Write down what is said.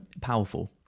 powerful